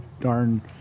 darn